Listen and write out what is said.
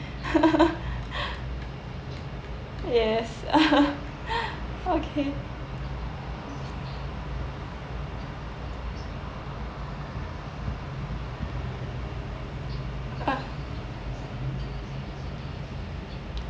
yes okay ah